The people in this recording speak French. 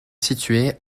située